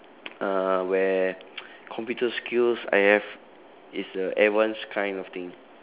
uh where computer skills I have is the advanced kind of thing